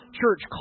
church